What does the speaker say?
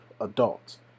adults